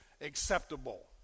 acceptable